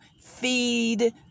feed